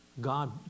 God